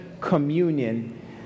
communion